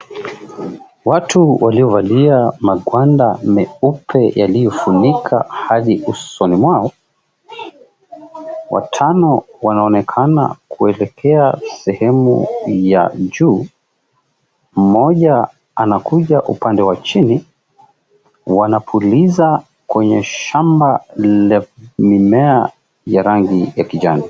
Watu waliovalia magwanda meupe yaliyofunika hadi usoni mwao. Watano wanaonekana kuelekea sehemu ya juu. Mmoja anakuja upande wa chini. Wanapuliza kwenye shamba la mimea ya rangi ya kijani.